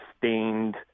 sustained